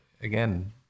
again